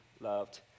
loved